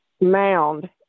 mound